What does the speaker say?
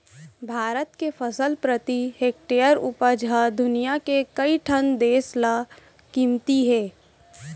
भारत के फसल प्रति हेक्टेयर उपज ह दुनियां के कइ ठन देस ले कमती हे